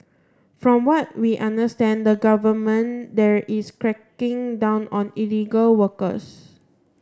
from what we understand the government there is cracking down on illegal workers